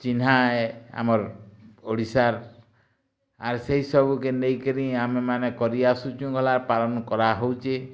ଚିହ୍ନା ଏ ଆମର୍ ଓଡ଼ିଶାର୍ ଆର୍ ସେଇ ସବୁ କେ ନେଇକିରି ଆମେ ମାନେ କରି ଆସୁଛୁଁ ଗଲା ପାଲନ କରା ହେଉଛି